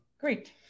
Great